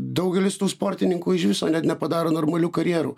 daugelis tų sportininkų iš viso net nepadaro normalių karjerų